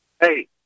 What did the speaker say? Hey